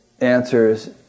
answers